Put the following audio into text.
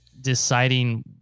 deciding